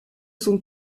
son